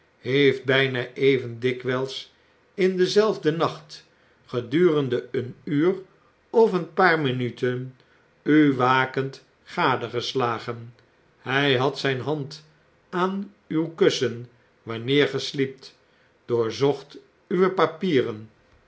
heeft bjjna even dikwyls in denzelfden nacht gedurende een uur of een paar minuten u wakend gadegeslagen hjj had zfln hand aan uw kussen wanneer ge sliept doorzocht uw papieren